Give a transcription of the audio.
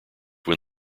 when